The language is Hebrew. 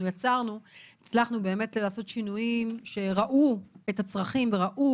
יצרנו הצלחנו לעשות שינויים שראו את הצרכים וראו